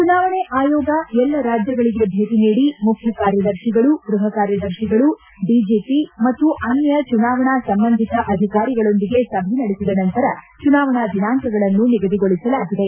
ಚುನಾವಣೆ ಆಯೋಗ ಎಲ್ಲಾ ರಾಜ್ಯಗಳಿಗೆ ಭೇಟಿ ನೀಡಿ ಮುಖ್ಯಕಾರ್ಯದರ್ತಿಗಳು ಗೃಹ ಕಾರ್ಯದರ್ಶಿಗಳು ಡಿಜಿಪಿ ಮತ್ತು ಅನ್ಲ ಚುನಾವಣಾ ಸಂಭದಿತ ಅಧಿಕಾರಿಗಳೊಂದಿಗೆ ಸಭೆ ನಡೆಸಿದ ನಂತರ ಚುನಾವಣಾ ದಿನಾಂಕಗಳನ್ನು ನಿಗದಿಗೊಳಿಸಲಾಗಿದೆ